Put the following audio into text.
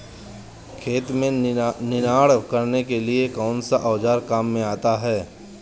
खेत में निनाण करने के लिए कौनसा औज़ार काम में आता है?